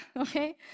okay